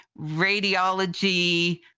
radiology